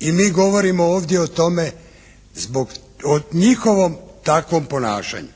I mi govorimo ovdje o tome, o njihovom takvom ponašanju.